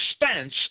expense